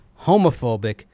homophobic